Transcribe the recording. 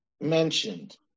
mentioned